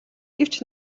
гэвч